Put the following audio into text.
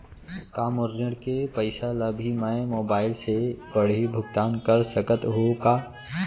का मोर ऋण के पइसा ल भी मैं मोबाइल से पड़ही भुगतान कर सकत हो का?